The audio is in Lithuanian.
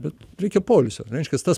bet reikia poilsio reiškiasi tas